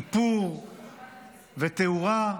איפור ותאורה,